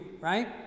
right